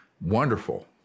wonderful